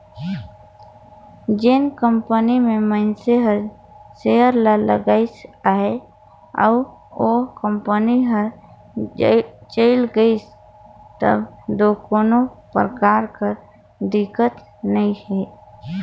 जेन कंपनी में मइनसे हर सेयर ल लगाइस अहे अउ ओ कंपनी हर चइल गइस तब दो कोनो परकार कर दिक्कत नी हे